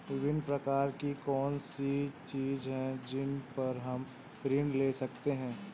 विभिन्न प्रकार की कौन सी चीजें हैं जिन पर हम ऋण ले सकते हैं?